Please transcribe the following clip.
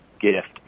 gift